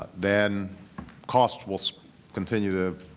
then costs will so continue to